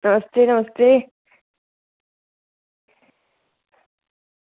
नमस्ते नमस्ते